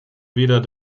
weder